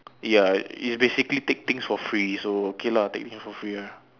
ya is basically take things for free so okay lah take things for free ah